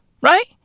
Right